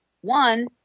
One